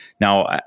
Now